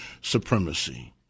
supremacy